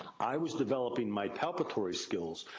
i was developing my palpatory skills,